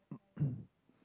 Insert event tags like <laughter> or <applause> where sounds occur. <coughs>